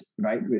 right